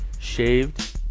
Shaved